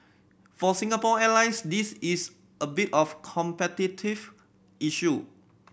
for Singapore Airlines this is a bit of a competitive issue